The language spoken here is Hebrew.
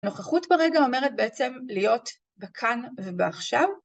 הנוכחות ברגע אומרת בעצם להיות בכאן ובעכשיו.